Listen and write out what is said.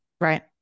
Right